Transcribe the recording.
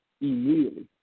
immediately